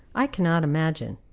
i cannot imagine.